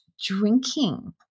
drinking